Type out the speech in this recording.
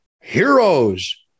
heroes